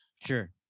sure